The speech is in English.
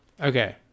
Okay